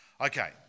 Okay